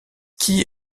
qui